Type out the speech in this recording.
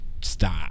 Stop